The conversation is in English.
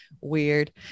weird